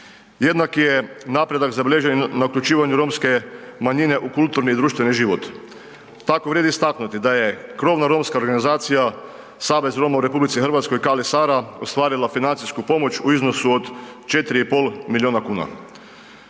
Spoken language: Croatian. Jednak je napredak zabilježen na uključivanju romske manjine u kulturi i društveni život. Tako vrijedi istaknuti da je krovna romska organizacija Savez Roma u RH „Kali Sara“ ostvarila financijsku pomoć u iznosu od 4,5 milijuna kuna.